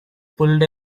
pulled